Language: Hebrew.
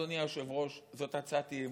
אדוני היושב-ראש, זאת הצעת אי-אמון,